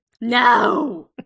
No